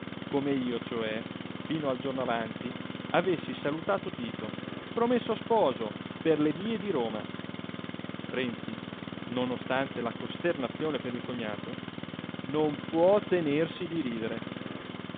come io cioè fino al giorno avanti avessi salutato tito promesso sposo per le vie di roma renzi non ostante la costernazione per il cognato non può tenersi di ridere